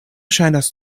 ŝajnas